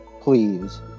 Please